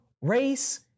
race